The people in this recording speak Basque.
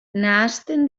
nahasten